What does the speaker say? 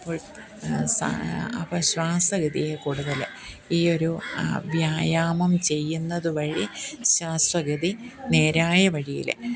അപ്പോൾ സ അപ്പോൾ ശ്വാസ ഗതിയേ കൂടുതൽ ഈയൊരു വ്യായാമം ചെയ്യുന്നത് വഴി ശ്വാസഗതി നേരായ വഴിയിൽ